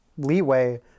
leeway